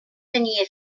tenia